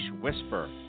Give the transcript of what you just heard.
whisper